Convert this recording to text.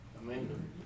Amen